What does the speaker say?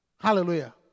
Hallelujah